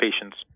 patients